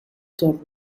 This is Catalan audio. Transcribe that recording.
torn